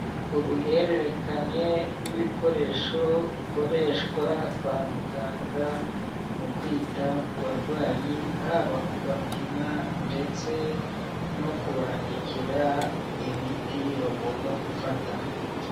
Uruhererekane rw'ibikoresho bikoreshwa kwa muganga mu kwita ku barwayi, haba kubapima ndetse no kubandikira imiti bagomba gufata.